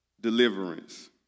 deliverance